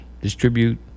distribute